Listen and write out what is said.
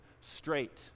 straight